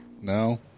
No